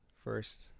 first